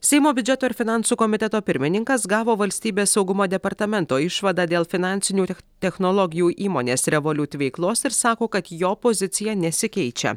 seimo biudžeto ir finansų komiteto pirmininkas gavo valstybės saugumo departamento išvadą dėl finansinių technologijų įmonės revolut veiklos ir sako kad jo pozicija nesikeičia